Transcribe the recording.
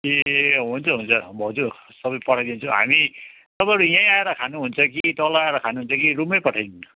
ए हुन्छ हुन्छ भाउजू सबै पठाइदिन्छु हामी तपाईँहरू यहीँ आएर खानुहुन्छ कि तल आएर खानुहुन्छ कि रुममै पठाइदिनु